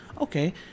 Okay